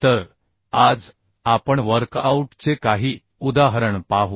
तर आज आपण वर्कआउट चे काही उदाहरण पाहू